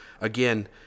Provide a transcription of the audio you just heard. Again